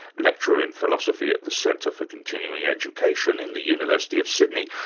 lecturer in philosophy at the centre for continuing education in the university of sydney,